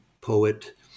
poet